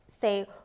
say